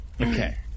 Okay